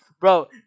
Bro